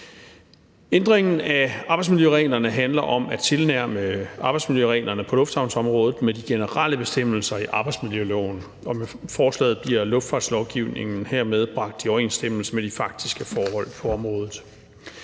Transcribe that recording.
Ændringen af arbejdsmiljøreglerne handler om at tilnærme arbejdsmiljøreglerne på lufthavnsområdet i forhold til de generelle bestemmelser i arbejdsmiljøloven. Og med forslaget bliver luftfartslovgivningen hermed bragt i overensstemmelse med de faktiske forhold på området.